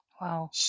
wow